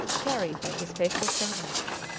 carried by his faithful servants.